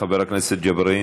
חבר הכנסת ג'בארין,